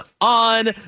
On